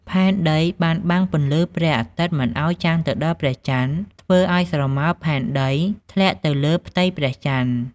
ផែនដីបានបាំងពន្លឺព្រះអាទិត្យមិនឲ្យចាំងទៅដល់ព្រះចន្ទ ធ្វើឲ្យស្រមោលផែនដីធ្លាក់ទៅលើផ្ទៃព្រះចន្ទ ។